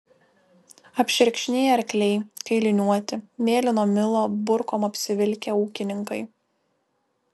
apšerkšniję arkliai kailiniuoti mėlyno milo burkom apsivilkę ūkininkai